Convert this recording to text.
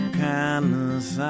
kindness